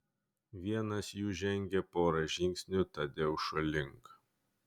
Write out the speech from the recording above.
vienas jų žengė porą žingsnių tadeušo link